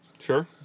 sure